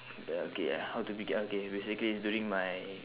then okay how to begin okay basically is during my